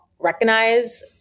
recognize